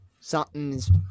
Something's